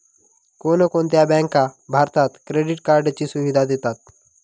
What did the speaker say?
कोणकोणत्या बँका भारतात क्रेडिट कार्डची सुविधा देतात?